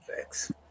Thanks